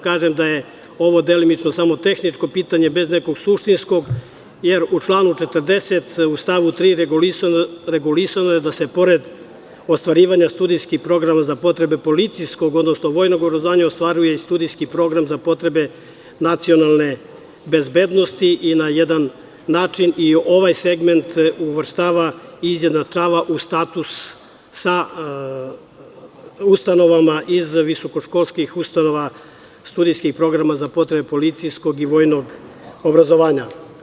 Kažem da je ovo delimično samo tehničko pitanje, bez nekog suštinskog, jer je u članu 40. u stavu 3. regulisano da se, pored ostvarivanja studijskog programa za potrebe policijskog, odnosno vojnog obrazovanja, ostvaruje i studijski program za potrebe nacionalne bezbednosti i na jedan način i ovaj segment uvrštava i izjednačava u status sa ustanovama iz visokoškolskih ustanova, studijskih programa za potrebe policijskog i vojnog obrazovanja.